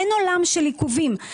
אין עולם של עיכובים.